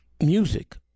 music